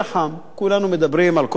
כולנו מדברים על כל הדברים,